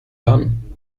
done